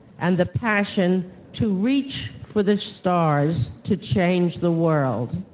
and the passion to reach for the stars to change the world.